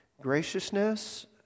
graciousness